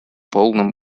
полном